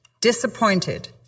disappointed